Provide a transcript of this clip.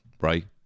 right